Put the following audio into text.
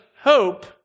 hope